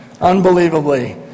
Unbelievably